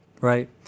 Right